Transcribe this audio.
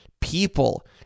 people